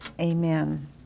Amen